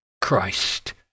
Christ